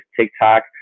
TikTok